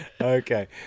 Okay